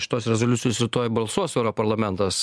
šitos rezoliucijos rytoj balsuos europarlamentas